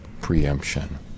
preemption